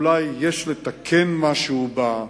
אולי יש לתקן משהו בה.